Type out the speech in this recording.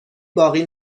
باقی